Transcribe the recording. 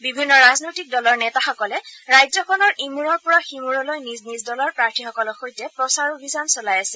বিভিন্ন ৰাজনৈতিক দলৰ নেতাসকলে ৰাজ্যখনৰ ইমৰৰ পৰা সিমৰলৈ নিজ দলৰ প্ৰাৰ্থীসকলৰ সৈতে প্ৰচাৰ চলাই আছে